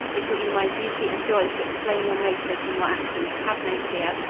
it shall be my duty and joy to explain your motives and your actions. have no fear.